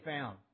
found